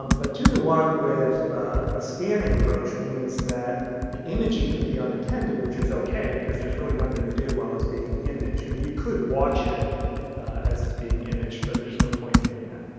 but two to one with a scanning approach means that the imaging can be unattended, which is okay because there's really nothing to do while it's being imaged. i mean, you could watch it as it's being imaged, but there's no point in doing that.